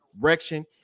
direction